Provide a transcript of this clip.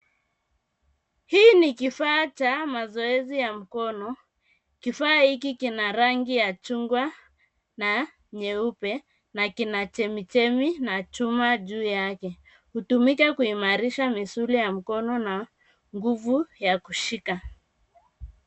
Hii ni kifaa cha mazoezi ya mkono kifaa hiki kina rangi ya chungwa na nyeupe na kina chemchemi na chuma juu yake. Hutumika kuimarisha misuli ya mkono na nguvu ya kushika.